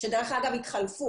שדרך אגב התחלפו,